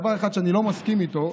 דבר אחד שאני לא מסכים איתו,